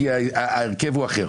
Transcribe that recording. שיש הבדל.